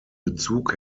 bezug